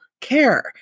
care